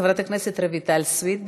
חברת הכנסת רויטל סויד,